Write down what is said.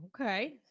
Okay